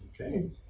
Okay